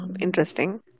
Interesting